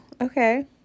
okay